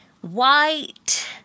white